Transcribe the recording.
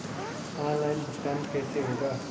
Online भुगतान कैसे होगा?